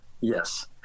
yes